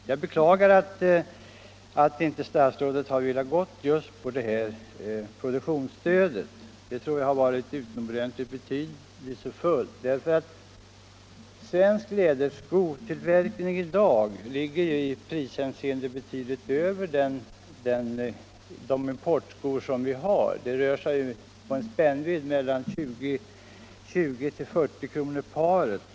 Jag beklagar att statsrådet inte har velat gå med på eu produktionsstöd. Jag tror att det hade varit utomordentligt betydelsefullt. Svensktillverkade läderskor ligger i dag i pris betydligt över importskorna. Prisskill naden rör sig om mellan 20 och 40 kr. paret.